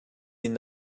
inn